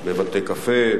בבתי-קפה,